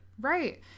Right